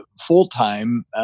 full-time